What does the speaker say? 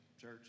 Church